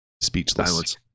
Speechless